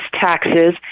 taxes